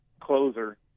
closer